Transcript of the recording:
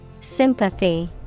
Sympathy